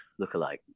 lookalike